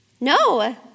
No